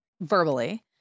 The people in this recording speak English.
verbally